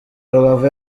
rubavu